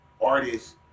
artists